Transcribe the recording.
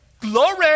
Glory